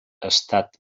estat